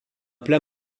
plat